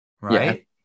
right